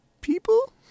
people